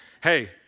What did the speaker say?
Hey